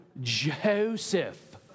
Joseph